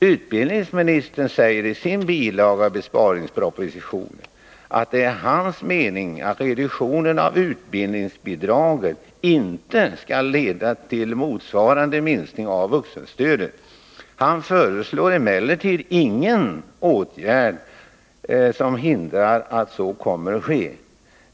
Utbildningsministern säger i sin bilaga till besparingspropositionen att det är hans mening att reduktionen av utbildningsbidraget inte skall leda till motsvarande minskning av vuxenstudiestödet. Han föreslår emellertid ingen åtgärd för att förhindra att så kommer att ske.